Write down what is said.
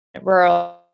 rural